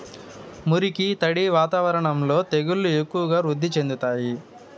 మురికి, తడి వాతావరణంలో తెగుళ్లు ఎక్కువగా వృద్ధి చెందుతాయి